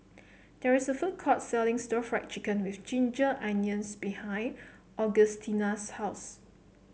there is a food court selling stir Fry Chicken with Ginger Onions behind Augustina's house